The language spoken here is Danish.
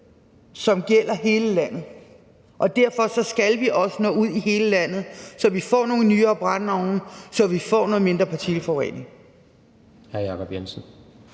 som gælder hele landet. Derfor skal vi også nå ud i hele landet, så vi får nogle nyere brændeovne, så vi får noget mindre partikelforurening.